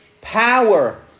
power